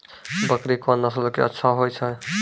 बकरी कोन नस्ल के अच्छा होय छै?